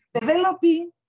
developing